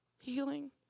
healing